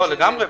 בטח.